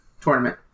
tournament